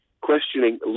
questioning